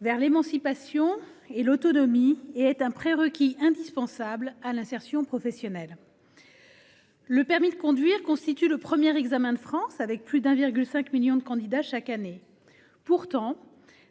vers l'émancipation et l'autonomie. C'est un prérequis indispensable à l'insertion professionnelle. Le permis de conduire constitue le premier examen de France, avec plus d'un million et demi de candidats chaque année. Pourtant,